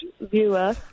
viewer